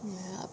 ya